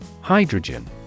hydrogen